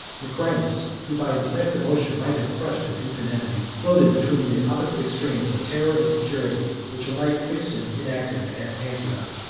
macrinus, who, by a decisive motion, might have crushed his infant enemy, floated between the opposite extremes of terror and security, which alike fixed him inactive at antioch.